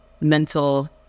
mental